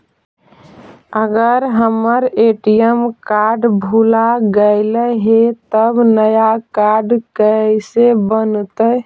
अगर हमर ATM card भुला गैलै हे तब नया काड कइसे बनतै?